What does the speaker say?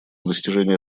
достижение